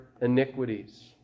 iniquities